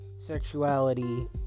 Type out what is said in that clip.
sexuality